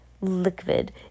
liquid